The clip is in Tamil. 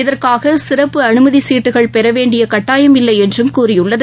இதற்காகசிறப்பு அனுமதிசீட்டுகள் பெறவேண்டியகட்டாயமில்லைஎன்றும் கூறியுள்ளது